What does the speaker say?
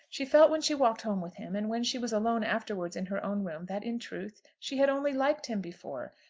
she felt when she walked home with him, and when she was alone afterwards in her own room, that, in truth, she had only liked him before.